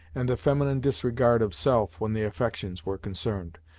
and the feminine disregard of self when the affections were concerned,